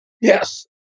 Yes